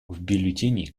бюллетени